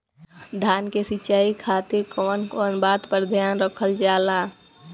धान के सिंचाई खातिर कवन कवन बात पर ध्यान रखल जा ला?